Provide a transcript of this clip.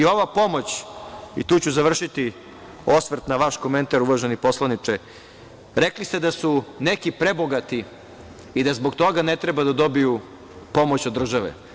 Ova pomoć, i tu ću završiti osvrt na vaš komentar, uvaženi poslaniče, rekli ste da su neki prebogati i da zbog toga ne treba da dobiju pomoć od države.